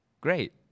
great